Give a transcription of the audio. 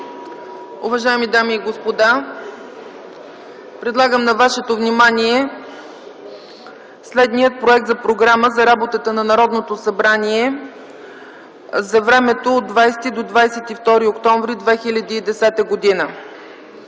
Уважаеми дами и господа, предлагам на вашето внимание следния проект за: ПРОГРАМА за работата на Народното събрание за 20-22 октомври 2010 г.